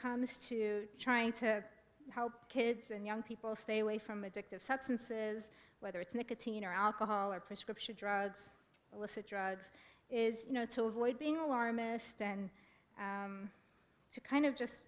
comes to trying to help kids and young people stay away from addictive substances whether it's nicotine or alcohol or prescription drugs illicit drugs is you know to avoid being alarmist and to kind of just